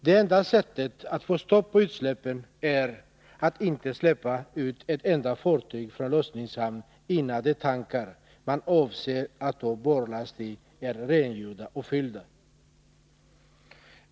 Det enda sättet att få stopp på utsläppen är att inte 181 tillåta ett enda fartyg att lämna lossningshamnen innan de tankar man avser att ha barlast i är rengjorda och fyllda.